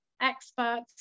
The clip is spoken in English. experts